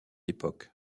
époque